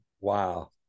Wow